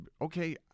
okay